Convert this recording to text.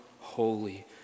holy